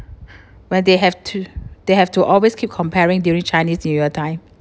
where they have to they have to always keep comparing during chinese new year time